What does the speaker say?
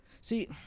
See